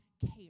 care